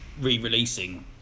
re-releasing